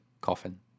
coffin